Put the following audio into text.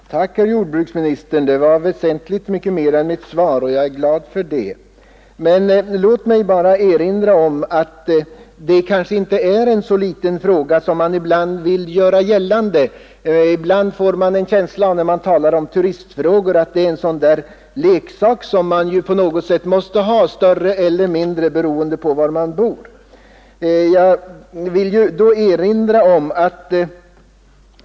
Herr talman! Tack, herr jordbruksminister! Nu har jag fått veta väsentligt mer än i svaret, och jag är glad över det. Men låt mig ändå erinra om att svenska turismen kanske inte är en så liten fråga som man ibland vill göra gällande. När det talas om turism kan man ju emellanåt få en känsla av att den är en leksak som man på något sätt måste ha, i större eller mindre utsträckning, beroende på var man bor.